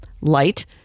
Light